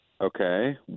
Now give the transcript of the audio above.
Okay